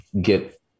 get